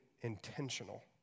intentional